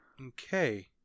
Okay